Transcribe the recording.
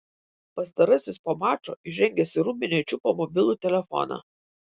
pastarasis po mačo įžengęs į rūbinę čiupo mobilų telefoną